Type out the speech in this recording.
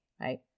right